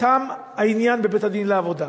תם העניין בבית-הדין לעבודה.